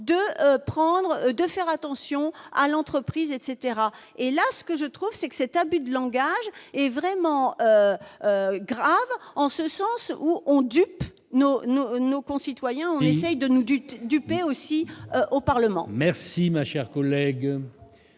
de faire attention à l'entreprise, etc, et là ce que je trouve c'est que cet abus de langage est vraiment grave en ce sens où on du Nord nous nos concitoyens, on essaye de nous du temps du pain aussi au Parlement. Merci, ma chère collègue,